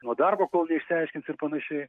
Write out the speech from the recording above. nuo darbo kol neišsiaiškins ir panašiai